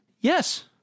yes